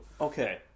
Okay